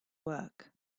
work